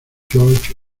george